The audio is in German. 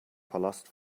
palast